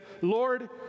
Lord